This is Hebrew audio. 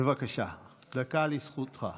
בבקשה, דקה לזכותך.